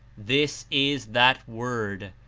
this is that word,